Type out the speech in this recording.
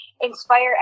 inspire